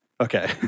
Okay